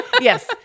Yes